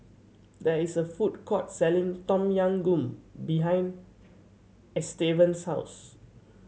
there is a food court selling Tom Yam Goong behind Estevan's house